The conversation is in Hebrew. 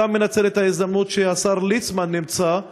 לכן, אני מנצל את ההזדמנות שהשר ליצמן נמצא,